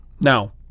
Now